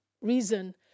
reason